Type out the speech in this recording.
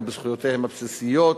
גם בזכויותיהם הבסיסיות